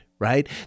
Right